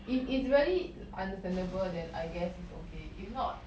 if is really understandable than I guess it's okay if not